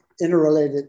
interrelated